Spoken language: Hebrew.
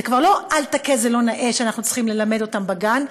זה כבר לא "אל תכה זה לא נאה" שאנחנו צריכים ללמד אותם בגן,